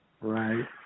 Right